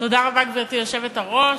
גברתי היושבת-ראש,